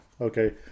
okay